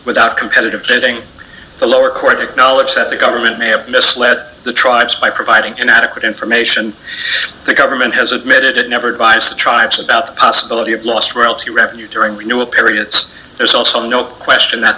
without competitive bidding the lower court acknowledges that the government may have misled the tribes by providing an adequate information the government has admitted it never advised the tribes about the possibility of lost royalty revenue during renewal periods there's also no question that